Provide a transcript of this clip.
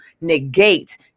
negate